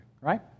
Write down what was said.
right